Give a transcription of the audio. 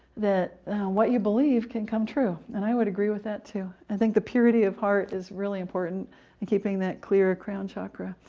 that what you believe can come true. and i would agree with that, too. i think the purity of heart is really important in keeping that clear crown chakra,